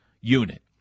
unit